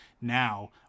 now